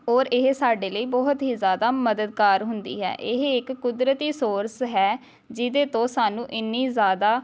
ਔਰ ਇਹ ਸਾਡੇ ਲਈ ਬਹੁਤ ਹੀ ਜ਼ਿਆਦਾ ਮਦਦਗਾਰ ਹੁੰਦੀ ਹੈ ਇਹ ਇੱਕ ਕੁਦਰਤੀ ਸੋਰਸ ਹੈ ਜਿਹਦੇ ਤੋਂ ਸਾਨੂੰ ਇੰਨੀ ਜ਼ਿਆਦਾ